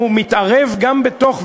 הוא מתערב גם בתוך,